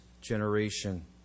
generation